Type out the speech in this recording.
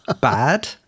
bad